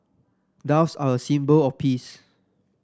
doves are a symbol of peace